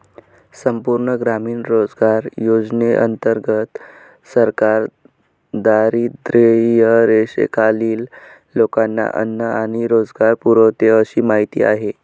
संपूर्ण ग्रामीण रोजगार योजनेंतर्गत सरकार दारिद्र्यरेषेखालील लोकांना अन्न आणि रोजगार पुरवते अशी माहिती आहे